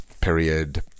period